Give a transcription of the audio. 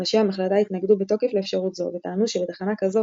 ראשי המחלקה התנגדו בתוקף לאפשרות זו וטענו שלתחנה כזו,